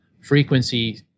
frequency